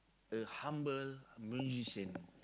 a humble musician